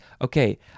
Okay